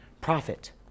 profit